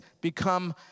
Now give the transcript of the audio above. become